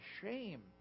shame